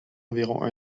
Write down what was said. environ